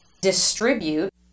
distribute